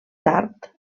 tard